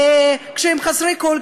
כשהם חסרי כול,